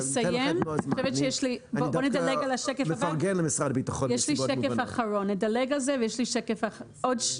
אני מדלגת על השקף הבא ויש לי עוד שני